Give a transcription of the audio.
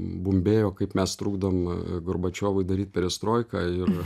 bumbėjo kaip mes trukdom gorbačiovui daryt perestroiką ir